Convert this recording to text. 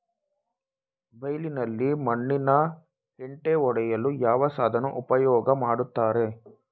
ಬೈಲಿನಲ್ಲಿ ಮಣ್ಣಿನ ಹೆಂಟೆ ಒಡೆಯಲು ಯಾವ ಸಾಧನ ಉಪಯೋಗ ಮಾಡುತ್ತಾರೆ?